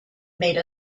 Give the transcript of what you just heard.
made